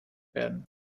werden